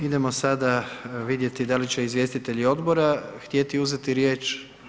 Idemo sada vidjeti da li će izvjestitelji odbora htjeti uzeti riječ.